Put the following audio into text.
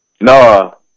No